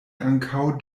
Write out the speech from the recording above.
ankaŭ